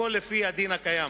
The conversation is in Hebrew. הכול לפי הדין הקיים.